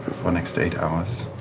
for next eight hours.